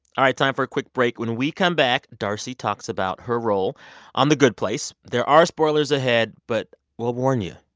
time for a quick break. when we come back, d'arcy talks about her role on the good place. there are spoilers ahead, but we'll warn you.